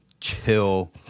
chill